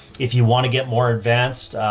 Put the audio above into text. if you want to get more advanced,